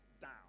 down